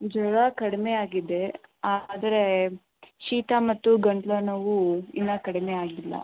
ಜ್ವರ ಕಡಿಮೆ ಆಗಿದೆ ಆದರೆ ಶೀತ ಮತ್ತು ಗಂಟಲು ನೋವು ಇನ್ನೂ ಕಡಿಮೆ ಆಗಿಲ್ಲ